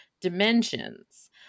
dimensions